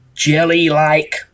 jelly-like